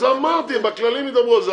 אז אמרתי שהכללים ידברו על זה.